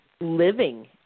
living